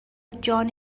جان